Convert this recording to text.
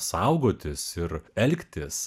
saugotis ir elgtis